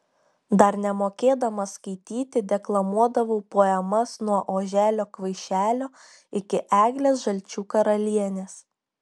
dar nemokėdama skaityti deklamuodavau poemas nuo oželio kvaišelio iki eglės žalčių karalienės